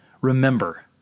remember